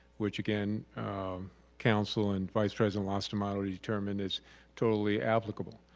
which again counsel and vice-president lastimado determined as totally applicable.